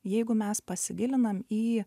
jeigu mes pasigilinam į